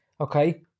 Okay